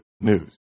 news